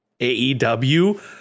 AEW